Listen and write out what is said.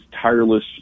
tireless